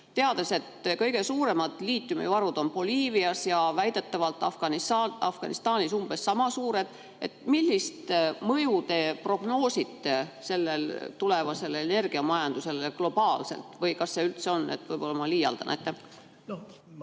teame, et kõige suuremad liitiumivarud on Boliivias ja väidetavalt Afganistanis umbes sama suured. Millist mõju te prognoosite sellele tulevasele energiamajandusele globaalselt või kas seda üldse on? Võib-olla ma liialdan.